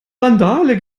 randale